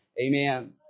Amen